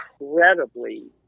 incredibly